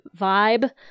vibe